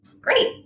great